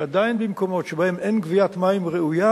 שעדיין במקומות שבהם אין גביית מים ראויה,